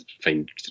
find